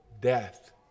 death